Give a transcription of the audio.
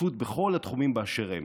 שותפות בכל התחומים באשר הם.